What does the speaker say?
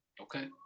Okay